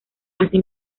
así